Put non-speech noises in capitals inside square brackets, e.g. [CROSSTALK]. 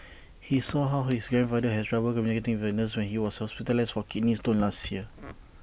[NOISE] he saw how his grandfather has trouble communicating with A nurse when he was hospitalised for kidney stones last year